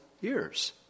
years